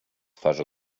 twarz